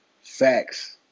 Facts